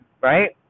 Right